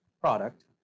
product